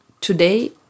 today